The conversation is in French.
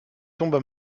tomba